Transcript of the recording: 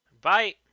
Bye